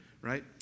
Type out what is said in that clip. right